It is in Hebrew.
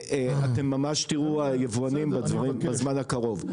אתם ממש תראו היבואנים בזמן הקרוב.